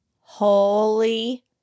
Holy